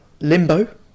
Limbo